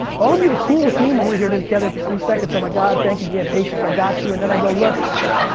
all of you are cool with me when we're here together for three seconds. oh my god, thank you. yeah, patience, i got you. and then i got